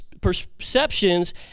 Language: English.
perceptions